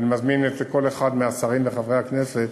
ואני מזמין את כל אחד מהשרים וחברי הכנסת